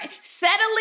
settling